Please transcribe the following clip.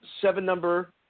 seven-number